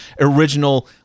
original